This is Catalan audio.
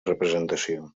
representació